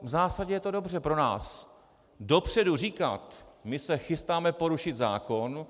V zásadě je to dobře pro nás, dopředu říkat: my se chystáme porušit zákon.